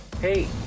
hey